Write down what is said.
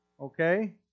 okay